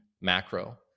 Macro